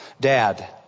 Dad